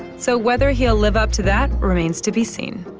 so whether he'll live up to that remains to be seen.